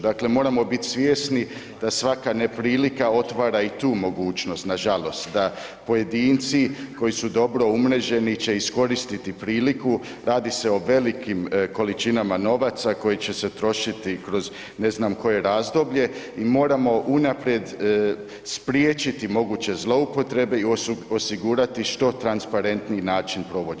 Dakle, moramo biti svjesni da svaka neprilika otvara i tu mogućnost nažalost da pojedinci koji su dobro umreženi će iskoristiti priliku, radi se o velikim količinama novaca koji će se trošiti kroz ne znam koje razdoblje i moramo unaprijed spriječiti moguće zloupotrebe i osigurati što transparentniji način provođenja.